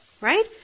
right